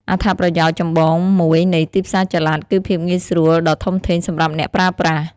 អត្ថប្រយោជន៍ចម្បងមួយនៃទីផ្សារចល័តគឺភាពងាយស្រួលដ៏ធំធេងសម្រាប់អ្នកប្រើប្រាស់។